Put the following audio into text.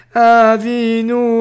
avinu